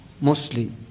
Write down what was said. mostly